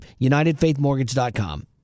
unitedfaithmortgage.com